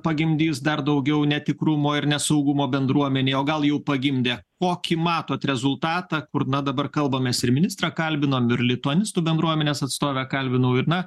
pagimdys dar daugiau netikrumo ir nesaugumo bendruomenėj o gal jau pagimdė kokį matot rezultatą kur na dabar kalbamės ir ministrą kalbinom ir lituanistų bendruomenės atstovę kalbinau ir na